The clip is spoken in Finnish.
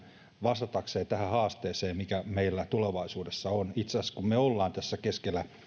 vastataksemme tähän haasteeseen mikä meillä tulevaisuudessa on kun me olemme tässä keskellä